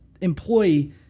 employee